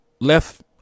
left